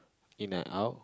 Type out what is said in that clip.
in and out